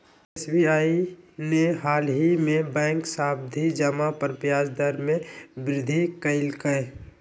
SBI ने हालही में बैंक सावधि जमा पर ब्याज दर में वृद्धि कइल्कय